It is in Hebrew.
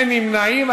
אין נמנעים.